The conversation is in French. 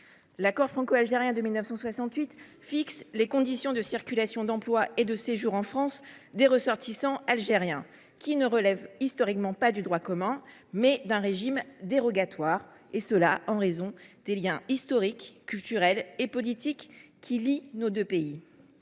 L’accord franco algérien de 1968 fixe les conditions de circulation, d’emploi et de séjour en France des ressortissants algériens. Ces derniers ne relèvent historiquement pas du droit commun, mais d’un régime dérogatoire, en raison des liens culturels et politiques noués de longue date